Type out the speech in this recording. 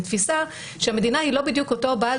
מתפיסה שהמדינה היא לא בדיוק אותו בעל